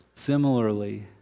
Similarly